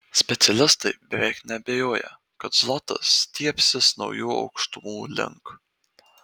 specialistai beveik neabejoja kad zlotas stiebsis naujų aukštumų link